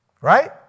Right